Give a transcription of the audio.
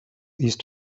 east